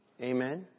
Amen